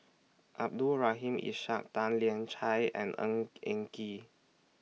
Abdul Rahim Ishak Tan Lian Chye and Ng Eng Kee